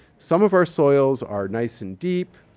some of our soils are nice and deep